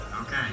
Okay